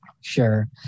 Sure